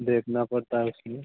देखना पड़ता है उसमें